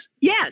Yes